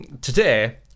today